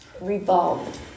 Revolved